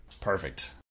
Perfect